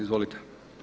Izvolite.